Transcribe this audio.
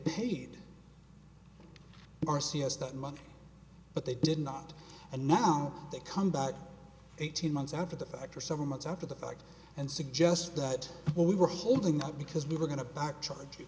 paid r c s that money but they did not and now they come back eighteen months after the fact or several months after the fact and suggest that well we were holding up because we were going to back charg